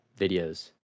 videos